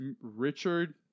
Richard